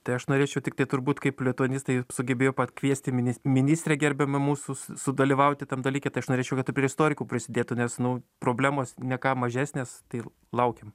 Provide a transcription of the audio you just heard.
tai aš norėčiau tiktai turbūt kaip lituanistai sugebėjo patkviesti minis ministrę gerbiamą mūsų su sudalyvauti tam dalyke tai aš norėčiau kad ir prie istorikų prisidėtų nes nu problemos ne ką mažesnės tai laukiam